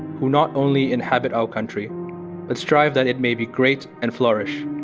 who not only inhabit our country but strive that it may be great and flourish,